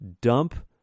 Dump